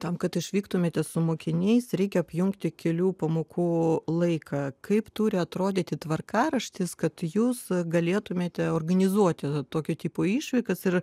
tam kad išvyktumėte su mokiniais reikia apjungti kelių pamokų laiką kaip turi atrodyti tvarkaraštis kad jūs galėtumėte organizuoti tokio tipo išvykas ir